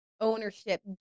ownership